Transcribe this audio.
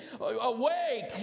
Awake